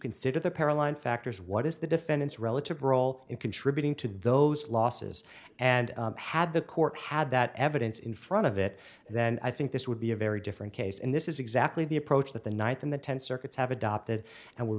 consider the parallel and factors what is the defendant's relative role in contributing to those losses and had the court had that evidence in front of it then i think this would be a very different case and this is exactly the approach that the night in the ten circuits have adopted and we re